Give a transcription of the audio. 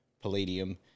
palladium